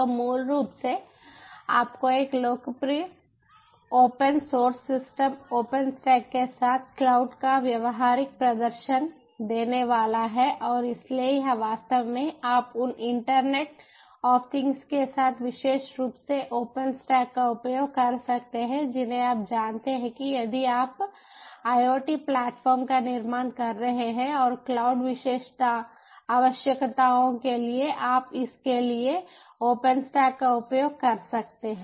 तो यह मूल रूप से आपको एक लोकप्रिय ओपन सोर्स सिस्टम ओपनस्टैक के साथ क्लाउड का व्यावहारिक प्रदर्शन देने वाला है और इसलिए यह वास्तव में आप उन इन्टर्नेट ऑफ थिंग्स के साथ विशेष रूप से ओपनस्टैक का उपयोग कर सकते हैं जिन्हें आप जानते हैं कि यदि आप IoT प्लेटफॉर्म का निर्माण कर रहे हैं और क्लाउड आवश्यकताओं के लिए आप इसके लिए ओपनस्टैक का उपयोग कर सकते हैं